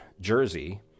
jersey